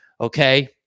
okay